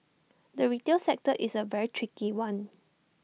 the retail sector is A very tricky one